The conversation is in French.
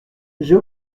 j’ai